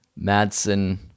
Madsen